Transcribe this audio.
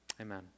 Amen